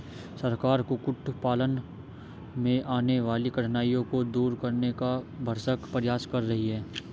सरकार कुक्कुट पालन में आने वाली कठिनाइयों को दूर करने का भरसक प्रयास कर रही है